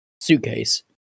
suitcase